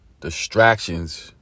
distractions